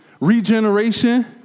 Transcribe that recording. regeneration